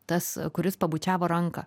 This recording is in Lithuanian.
tas kuris pabučiavo ranką